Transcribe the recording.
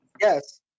Yes